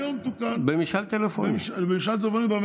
היום תוקן במשאל טלפוני בממשלה.